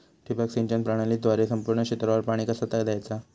ठिबक सिंचन प्रणालीद्वारे संपूर्ण क्षेत्रावर पाणी कसा दयाचा?